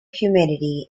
humidity